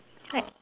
right